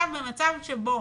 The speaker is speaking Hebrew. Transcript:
עכשיו במצב שבו